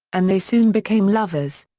and they soon became lovers.